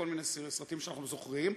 כל מיני סרטים שאנחנו זוכרים.